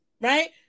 right